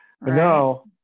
No